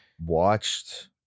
watched